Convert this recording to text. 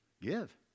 Give